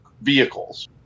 vehicles